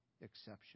exception